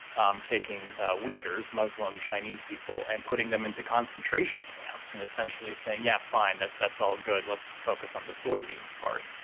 um taking wickers muslim chinese people and putting them into concentration camps and essentially saying, yeah, fine, that that's all good. let's just focus on the soybeans part.